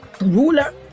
ruler